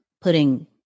putting